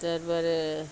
তারপরে